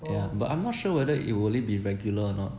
ya but I'm not sure whether it will only be regular or not